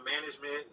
management